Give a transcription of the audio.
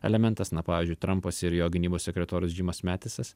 elementas na pavyzdžiui trampas ir jo gynybos sekretorius džimas metisas